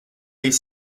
est